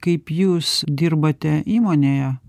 kaip jūs dirbate įmonėje